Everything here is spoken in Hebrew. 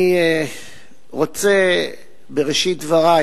אני רוצה בראשית דברי